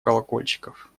колокольчиков